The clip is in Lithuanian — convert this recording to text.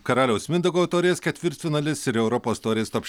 karaliaus mindaugo taurės ketvirtfinalis ir europos taurės top